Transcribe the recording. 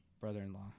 brother-in-law